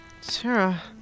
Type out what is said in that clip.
Sarah